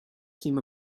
seem